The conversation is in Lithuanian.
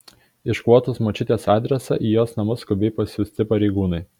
iškvotus močiutės adresą į jos namus skubiai pasiųsti pareigūnai